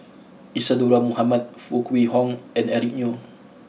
Isadhora Mohamed Foo Kwee Horng and Eric Neo